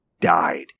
died